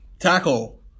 Tackle